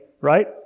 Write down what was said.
right